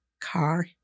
car